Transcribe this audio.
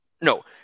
No